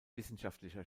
wissenschaftlicher